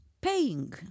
paying